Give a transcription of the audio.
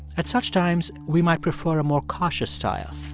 at such times, we might prefer a more cautious style,